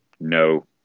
no